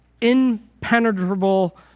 impenetrable